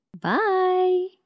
Bye